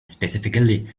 specifically